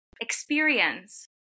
experience